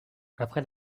après